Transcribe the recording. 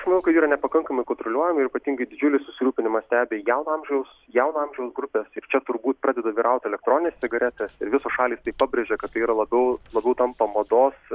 aš manau kai yra nepakankamai kontroliuojama ir ypatingai didžiulį susirūpinimą stebi jauno amžiaus jauno amžiaus grupės ir čia turbūt pradeda vyrauti elektroninės cigaretės ir visos šalys tiek pabrėžė kad tai yra labiau labiau tampa mados